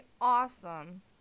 awesome